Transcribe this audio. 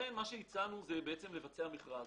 מה שהצענו זה לבצע מכרז.